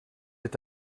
est